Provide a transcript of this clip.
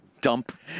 dump